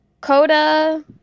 Coda